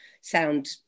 sound